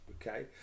okay